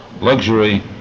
luxury